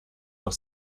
noch